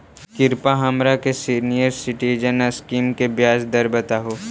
कृपा हमरा के सीनियर सिटीजन स्कीम के ब्याज दर बतावहुं